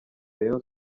rayon